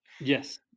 Yes